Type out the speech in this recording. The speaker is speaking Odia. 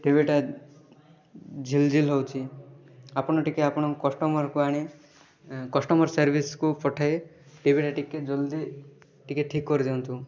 ଟିଭିଟା ଝୀଲଝୀଲ ହେଉଛି ଆପଣ ଟିକିଏ ଆପଣଙ୍କ କଷ୍ଟମରକୁ ଆଣି କଷ୍ଟମର୍ ସର୍ଭିସକୁ ପଠାଇ ଟିଭିଟା ଟିକିଏ ଜଲ୍ଦି ଟିକିଏ ଠିକ୍ କରିଦିଅନ୍ତୁ